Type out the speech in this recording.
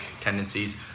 tendencies